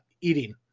eating